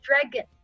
dragon